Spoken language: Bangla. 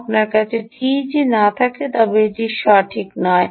আপনার কাছে যদি টিইজি না থাকে তবে এটি সঠিক নয়